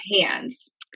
hands